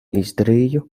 izdarīju